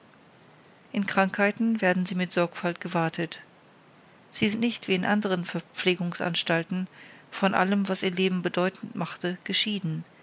in krankheiten werden sie mit sorgfalt gewartet sie sind nicht wie in anderen verpflegungsanstalten von allem was ihr leben bedeutend machte geschieden